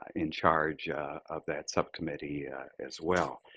in charged of that subcommittee as well.